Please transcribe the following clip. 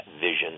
vision